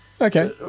Okay